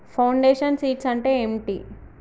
Foundation seeds అంటే ఏంటి?